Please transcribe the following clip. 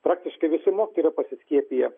praktiškai visi mokytojai yra pasiskiepiję